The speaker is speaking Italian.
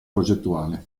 progettuale